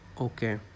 okay